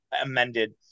amended